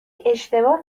اشتباه